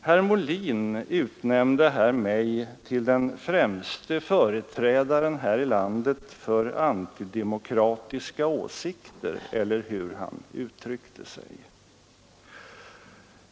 Herr Molin utnämnde mig till den främste företrädaren här i landet för antidemokratiska åsikter eller hur han uttryckte sig.